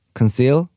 conceal